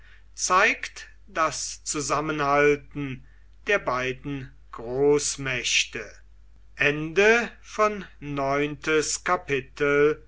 zeigt das zusammenhalten der beiden großmächte